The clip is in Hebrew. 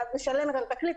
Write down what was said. משלמת על תקליט,